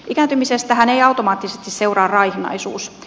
ikääntymisestähän ei automaattisesti seuraa raihnaisuus